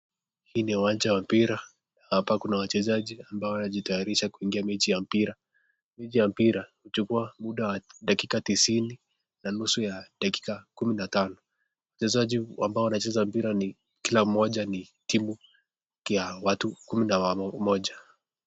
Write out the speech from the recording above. Hi ni uwanja wa mpira na hapa Kuna wachezaji ambao wanajitayarisha juungia mechi ya mpira. Mechi ya mpira huchukua muda wa dakika tisini na nusu ya dakika kumi na tano. Mchezaji ambao wanacheza mpira kila mmoja ni timu ya watu kumi na moja